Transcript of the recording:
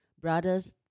brothers